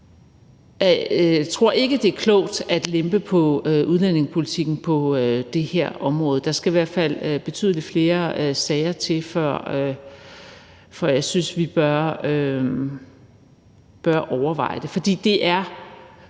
jeg tror ikke, det er klogt at lempe på udlændingepolitikken på det her område. Der skal i hvert fald betydelig flere sager til, før jeg synes, at vi bør overveje det.